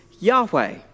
Yahweh